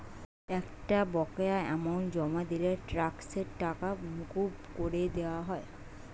একটা বকেয়া অ্যামাউন্ট জমা দিলে ট্যাক্সের টাকা মকুব করে দেওয়া হয়